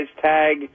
tag